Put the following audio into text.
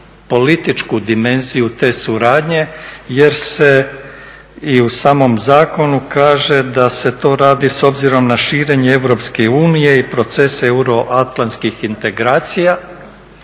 političku dimenziju te suradnje jer se i u samom zakonu kaže da se to radi s obzirom na širenje EU i procese euroatlantskih integracija